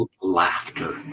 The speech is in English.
laughter